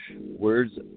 words